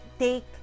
take